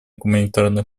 гуманитарной